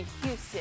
Houston